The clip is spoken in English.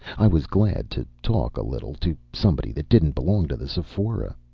i was glad to talk a little to somebody that didn't belong to the sephora.